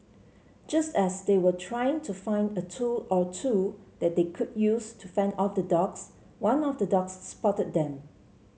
just as they were trying to find a tool or two that they could use to fend off the dogs one of the dogs spotted them